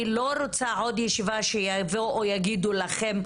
אני לא רוצה עוד ישיבה שיבואו ויגידו לכם,